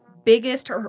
biggest